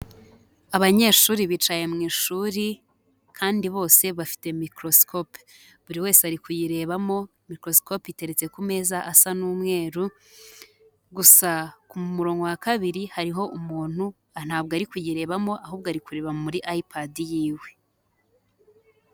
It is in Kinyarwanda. Abanyeshuri bicaye mu ishuri kandi bose bafite microscope. Buri wese ari kuyirebamo microscope iteretse ku meza asa n'umweru gusa ku murongo wa kabiri hariho umuntu ntabwo ari kuyirebamo ahubwo ari kureba muri i pad yiwe.